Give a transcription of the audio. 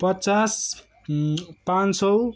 पचास पाँच सय